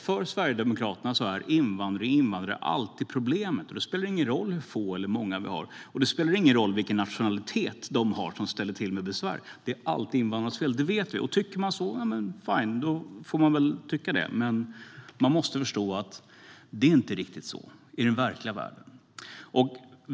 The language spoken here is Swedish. För Sverigedemokraterna är invandringen och invandrare alltid problemet. Det spelar ingen roll hur få eller hur många vi har eller vilken nationalitet de som ställer till besvär har - det är alltid invandrarnas fel, det vet vi. Om man tycker så - fine, då får man väl göra det - men man måste förstå att det inte riktigt är så i den verkliga världen.